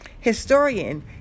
Historian